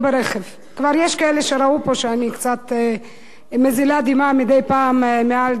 כבר יש כאלה שראו פה שאני מזילה דמעה מדי פעם על דוכן הכנסת.